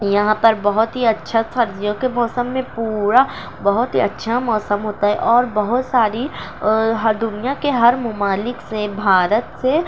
یہاں پر بہت ہی اچّھا سردیوں کے موسم پورا بہت ہی اچّھا موسم ہوتا ہے اور بہت ساری ہر دنیا کے ہر ممالک سے بھارت سے